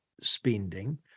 spending